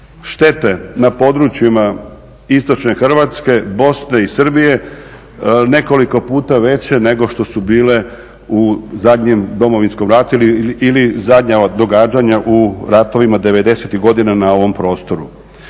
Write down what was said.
štete na područjima istočne Hrvatske, Bosne i Srbije nekoliko puta veće nego što su bile u zadnjem Domovinskom ratu ili zadnja ova događanja u ratovima 90-ih godina na ovom prostoru.